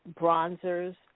bronzers